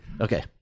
Okay